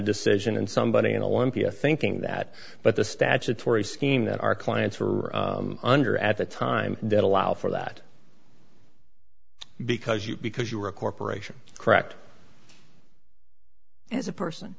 decision and somebody in olympia thinking that but the statutory scheme that our clients were under at the time dead allow for that because you because you are a corporation correct is a person